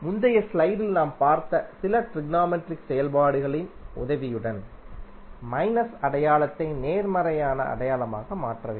முந்தைய ஸ்லைடில் நாம் பார்த்த சில ட்ரிக்னோமெட்ரிக் செயல்பாடுகளின் உதவியுடன் மைனஸ் அடையாளத்தை நேர்மறையான அடையாளமாக மாற்ற வேண்டும்